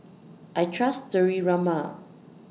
I Trust Sterimar